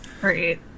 Great